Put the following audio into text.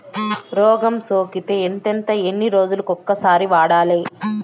రోగం సోకితే ఎంతెంత ఎన్ని రోజులు కొక సారి వాడాలి?